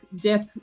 dip